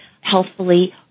healthfully